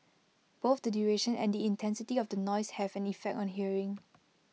both the duration and the intensity of the noise have an effect on hearing